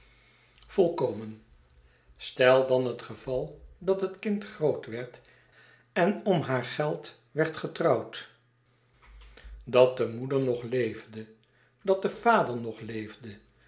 volkomen stel dan het geval dat het kind groot werd en om haar geld werd getrouwd dat de moeder nog leefde dat de vader nog leefde